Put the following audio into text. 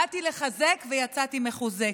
באתי לחזק ויצאתי מחוזקת.